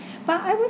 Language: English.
but I